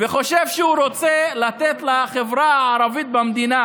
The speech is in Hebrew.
וחושב שהוא רוצה לתת לחברה הערבית במדינה